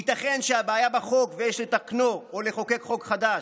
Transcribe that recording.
ייתכן שהבעיה בחוק ויש לתקנו או לחוקק חוק חדש.